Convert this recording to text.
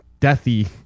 deathy